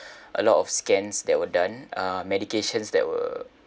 a lot of scans that were done uh medications that were